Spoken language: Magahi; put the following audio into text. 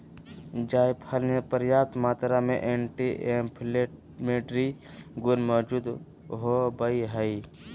जायफल मे प्रयाप्त मात्रा में एंटी इंफ्लेमेट्री गुण मौजूद होवई हई